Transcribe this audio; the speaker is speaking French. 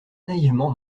naïvement